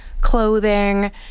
clothing